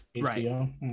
Right